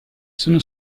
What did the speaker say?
sono